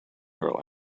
girl